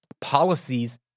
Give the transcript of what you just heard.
Policies